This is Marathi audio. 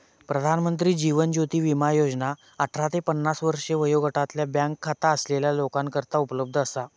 प्रधानमंत्री जीवन ज्योती विमा योजना अठरा ते पन्नास वर्षे वयोगटातल्या बँक खाता असलेल्या लोकांकरता उपलब्ध असा